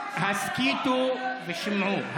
הסכיתו ושמעו.